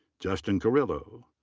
justin carrillo.